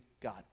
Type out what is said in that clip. God